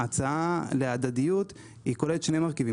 ההצעה להדדיות כוללת שני מרכיבים.